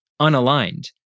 unaligned